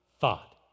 thought